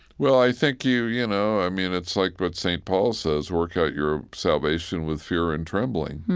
well, i think you, you know, i mean, it's like but st. paul says, work out your salvation with fear and trembling.